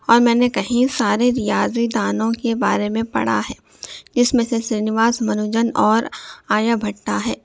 اور میں نے کہیں سارے ریاضی دانوں کے بارے میں پڑھا ہے اس میں سے سرینواس منوجن اور آریہ بھٹہ ہے